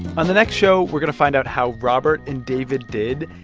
on the next show, we're going to find out how robert and david did.